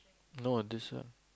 no this one